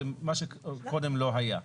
מה שקודם לא היה.